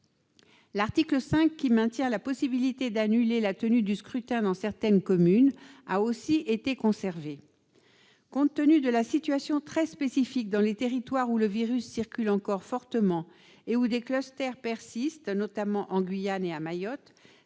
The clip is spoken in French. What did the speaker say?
L'article 5, qui maintient la possibilité d'annuler la tenue du scrutin dans certaines communes, a aussi été conservé. Compte tenu de la situation très spécifique dans les territoires où le virus circule encore fortement et où des clusterspersistent, notamment en Guyane et à Mayotte,